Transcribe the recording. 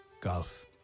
golf